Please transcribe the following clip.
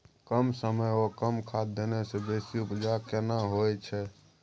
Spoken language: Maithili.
कम समय ओ कम खाद देने से बेसी उपजा केना होय छै?